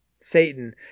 Satan